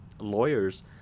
Lawyers